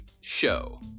show